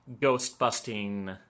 ghost-busting